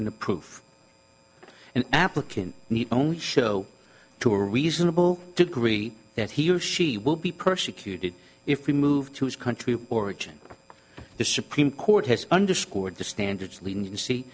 of proof an applicant need only show to a reasonable degree that he or she will be persecuted if we move to his country of origin the supreme court has underscored the standards leniency